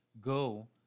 go